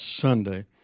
Sunday